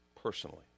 personally